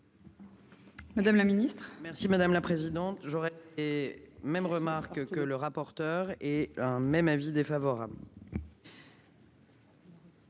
Madame la Ministre. Merci madame la présidente j'aurais et même remarque que le rapporteur et même avis défavorable.